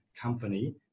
company